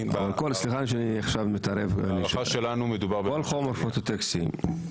להערכתנו מדובר במשהו זניח.